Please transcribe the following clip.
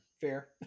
fair